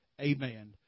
Amen